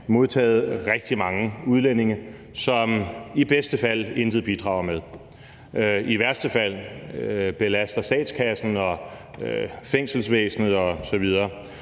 modtaget rigtig mange udlændinge, som i bedste fald intet bidrager med. I værste fald belaster de statskassen og fængselsvæsenet osv.